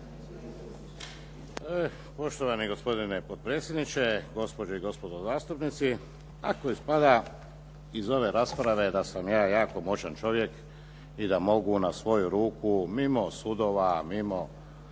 Poštovani gospodine potpredsjedniče, gospođe i gospodo zastupnici. Tu ispada iz ove rasprave da sam ja jako moćan čovjek i da mogu na svoju ruku mimo sudova, mimo